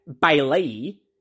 Bailey